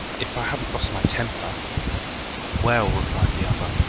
if i hadn't lost my temper well, replied the other,